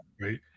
right